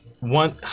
One